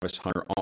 Hunter